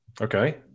Okay